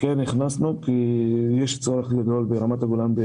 כן הכנסנו כי יש צורך בבינוי ברמת הגולן.